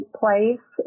place